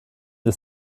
des